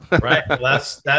Right